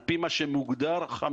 על פי מה שמוגדר 500,